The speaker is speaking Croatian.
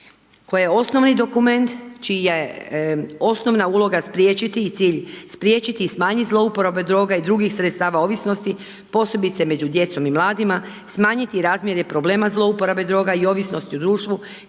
koja je osnovi dokument čija je osnovna uloga spriječiti i cilj spriječiti i smanjiti zlouporabe droga i drugih sredstava ovisnosti posebice među djecom i mladima, smanjiti razmjene problema zlouporabe droga i ovisnosti u društvu,